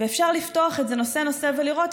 אפשר לפתוח את זה, נושא-נושא, ולראות.